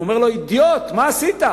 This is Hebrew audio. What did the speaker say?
אומר לו: אידיוט, מה עשית?